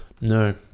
No